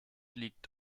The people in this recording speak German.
liegt